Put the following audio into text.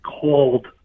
called